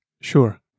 Sure